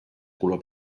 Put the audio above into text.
color